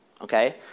okay